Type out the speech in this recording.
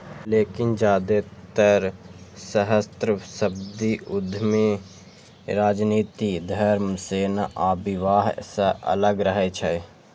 लेकिन जादेतर सहस्राब्दी उद्यमी राजनीति, धर्म, सेना आ विवाह सं अलग रहै छै